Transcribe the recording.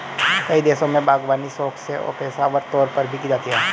कई देशों में बागवानी शौक से और पेशेवर तौर पर भी की जाती है